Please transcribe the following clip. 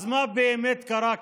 אז מה באמת קרה כאן?